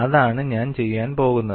അതാണ് ഞാൻ ചെയ്യാൻ പോകുന്നത്